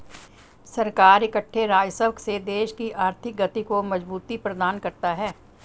सरकार इकट्ठे राजस्व से देश की आर्थिक गति को मजबूती प्रदान करता है